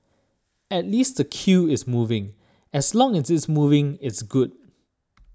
at least the queue is moving as long as it's moving it's good